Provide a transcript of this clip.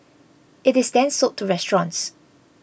it is then sold to restaurants